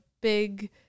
big